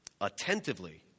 Attentively